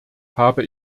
habe